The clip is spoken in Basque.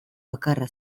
bakarra